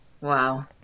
Wow